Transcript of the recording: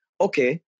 okay